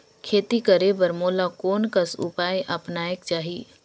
खेती करे बर मोला कोन कस उपाय अपनाये चाही?